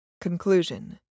Conclusion